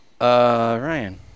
ryan